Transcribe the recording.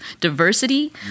diversity